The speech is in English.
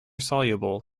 soluble